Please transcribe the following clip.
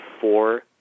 four